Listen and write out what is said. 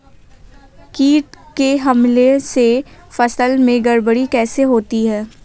कीट के हमले से फसल में गड़बड़ी कैसे होती है?